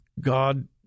God